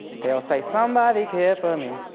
they'll say, somebody cared for me,